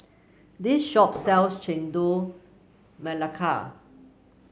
this shop sells Chendol Melaka